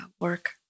work